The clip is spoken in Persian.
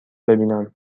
ببینم